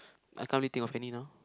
I can't really think of any now